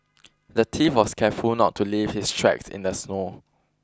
the thief was careful not to leave his tracks in the snow